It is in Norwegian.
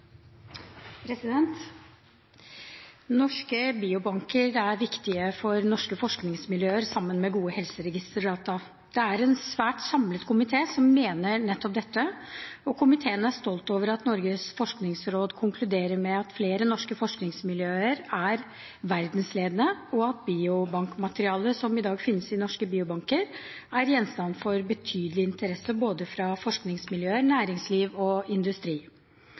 en svært samlet komité som mener nettopp dette, og komiteen er stolt over at Norges forskningsråd konkluderer med at flere norske forskningsmiljøer er verdensledende, og at biobankmaterialet som i dag finnes i norske biobanker, er gjenstand for betydelig interesse både fra forskningsmiljøer, næringsliv og industri.